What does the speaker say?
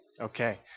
Okay